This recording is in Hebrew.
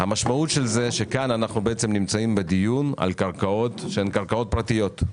לכן אנחנו נמצאים כאן בדיון על קרקעות פרטיות.